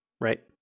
right